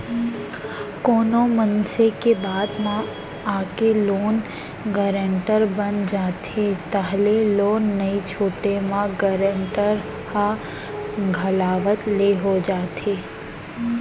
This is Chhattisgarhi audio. कोनो मनसे के बात म आके लोन गारेंटर बन जाथे ताहले लोन नइ छूटे म गारेंटर ह घलावत ले हो जाथे